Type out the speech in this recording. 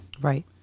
Right